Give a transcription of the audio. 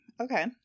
Okay